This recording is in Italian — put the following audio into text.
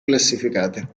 classificate